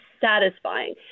satisfying